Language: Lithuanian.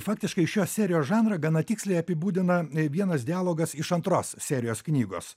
faktiškai šios serijos žanrą gana tiksliai apibūdina vienas dialogas iš antros serijos knygos